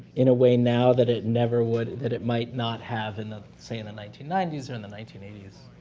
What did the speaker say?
in a way now that it never would that it might not have in the, say, in the nineteen ninety s or in the nineteen eighty s,